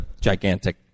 gigantic